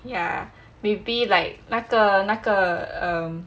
ya maybe like like 那个那个 um